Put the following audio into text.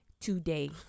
today